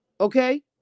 Okay